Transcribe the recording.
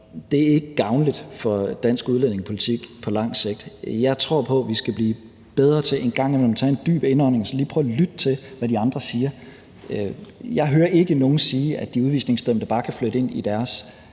det er ikke gavnligt for dansk udlændingepolitik på lang sigt. Jeg tror på, at vi skal blive bedre til en gang imellem at tage en dyb indånding og så lige prøve at lytte til, hvad de andre siger. Jeg hører ikke nogen sige, at de udvisningsdømte bare kan flytte ind i deres